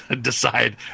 decide